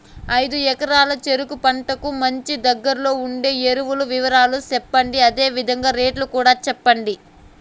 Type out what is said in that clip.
ఐదు ఎకరాల చెరుకు పంటకు మంచి, దగ్గర్లో ఉండే ఎరువుల వివరాలు చెప్పండి? అదే విధంగా రేట్లు కూడా చెప్పండి?